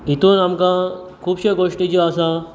हेतुन आमकां खुबश्यो गोश्टी ज्यो आसा